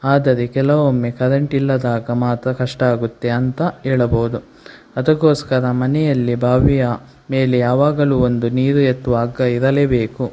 ಆದರೆ ಕೆಲವೊಮ್ಮೆ ಕರೆಂಟ್ ಇಲ್ಲದಾಗ ಮಾತ್ರ ಕಷ್ಟ ಆಗುತ್ತೆ ಅಂತ ಹೇಳಬೌದು ಅದಕ್ಕೋಸ್ಕರ ಮನೆಯಲ್ಲೇ ಬಾವಿಯ ಮೇಲೆ ಯಾವಾಗಲೂ ಒಂದು ನೀರು ಎತ್ತುವ ಹಗ್ಗ ಇರಲೇಬೇಕು